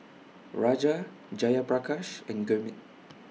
Raja Jayaprakash and Gurmeet